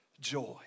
joy